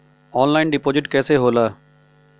Online deposit कैसे होला?